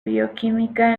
bioquímica